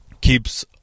keeps